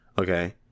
Okay